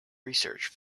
research